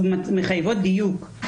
שמחייבות דיוק,